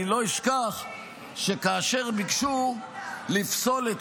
אני לא אשכח שכאשר ביקשו לפסול את